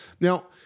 now